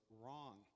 wrong